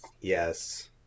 Yes